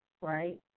right